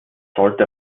sollte